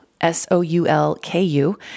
S-O-U-L-K-U